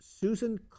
Susan